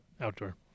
outdoor